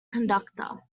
conductor